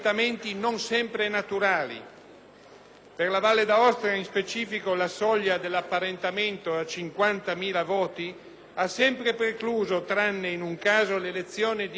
per la Valle d'Aosta, nello specifico, la soglia dell'apparentamento a 50.000 voti ha sempre precluso, tranne che in un caso, l'elezione di un parlamentare europeo valdostano.